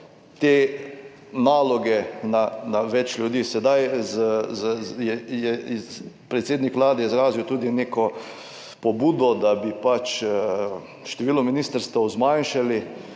te naloge na več ljudi, sedaj je predsednik Vlade izrazil tudi neko pobudo, da bi število ministrstev zmanjšali,